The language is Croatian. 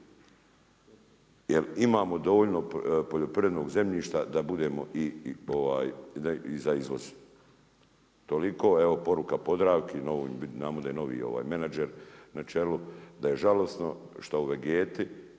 jer imamo dovoljno poljoprivrednog zemljišta da budemo, i za izvoz. Toliko, evo poruka Podravki, znamo da je novi menadžer na čelu, da je žalosno što u Vegeti,